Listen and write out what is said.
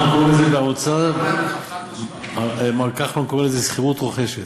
אנחנו קוראים לזה באוצר מר כחלון קורא לזה שכירות רוכשת.